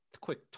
quick